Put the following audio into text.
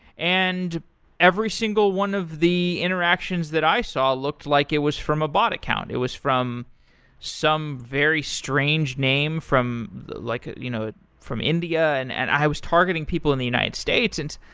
and every single one of the interactions that i saw looked like it was a ah bot account, it was from some very strange name from like you know from india. and and i was targeting people in the united states. and